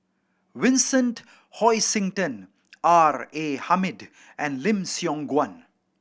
Vincent Hoisington R A Hamid and Lim Siong Guan